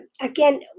again